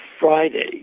Friday